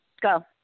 Go